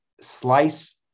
slice